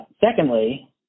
secondly